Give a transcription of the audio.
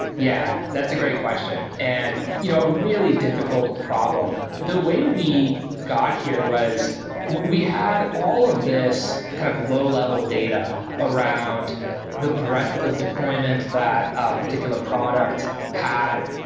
yeah, that's a great question and you know a really difficult problem. the way we got here was we had all of this kind of low-level data around the breath of deployment that a particular product had,